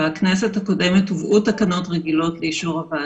בכנסת הקודמת הובאו תקנות רגילות לאישור הוועדה.